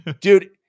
Dude